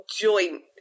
joint